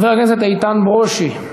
חבר הכנסת איתן ברושי,